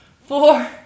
four